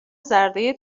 زرده